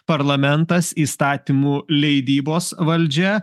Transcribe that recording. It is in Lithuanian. parlamentas įstatymų leidybos valdžia